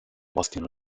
bosnien